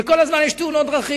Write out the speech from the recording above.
שכל הזמן יש שם תאונות דרכים?